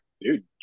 dude